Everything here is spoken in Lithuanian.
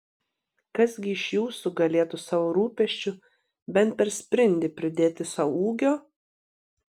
kas gi iš jūsų galėtų savo rūpesčiu bent per sprindį pridėti sau ūgio